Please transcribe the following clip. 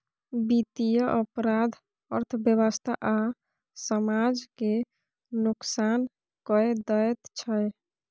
बित्तीय अपराध अर्थव्यवस्था आ समाज केँ नोकसान कए दैत छै